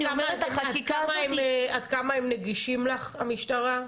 עד כמה המשטרה נגישה לך?